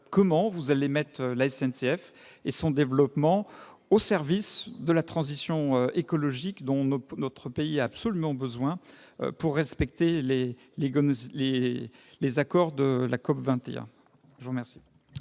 comment comptez-vous mettre la SNCF et son développement au service de la transition écologique, dont notre pays a absolument besoin pour respecter les accords conclus dans le cadre de